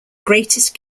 greatest